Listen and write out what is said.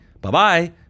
bye-bye